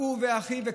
והוא ואחיו,